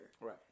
Right